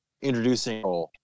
introducing